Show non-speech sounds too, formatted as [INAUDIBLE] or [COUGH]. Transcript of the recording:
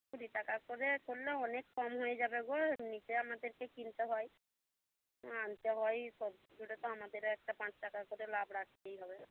কুড়ি টাকা করে করলে অনেক কম হয়ে যাবে গো এমনিতে আমাদেরকে কিনতে হয় আনতে হয় সব [UNINTELLIGIBLE] তো আমাদেরও একটা পাঁচ টাকা করে লাভ রাখতেই হবে